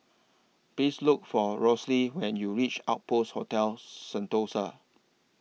Please Look For Rosalie when YOU REACH Outpost Hotel Sentosa